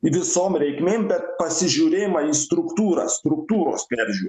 visom reikmėm bet pasižiūrėjimą į struktūrą struktūros peržiū